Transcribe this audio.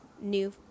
new